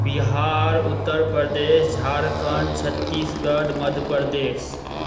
Bihar Uttar Pradesh Jharkhand Chhattisgarh Madhya Pradesh